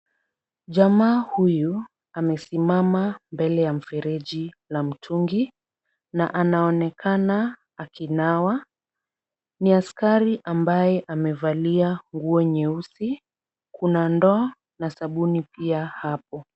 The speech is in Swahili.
Jamaa huyu amesimama mbele ya mfereji la mtungi na anaonekana akinawa. Ni askari ambaye amevalia nguo nyeusi. Kuna ndoo na sabuni pia hapo.